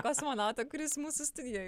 kosmonautą kuris mūsų studijoj